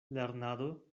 lernado